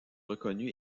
reconnu